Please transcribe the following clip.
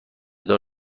دار